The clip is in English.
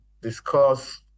discuss